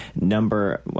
number